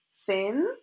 thin